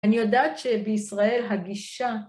‫אני יודעת שבישראל הגישה...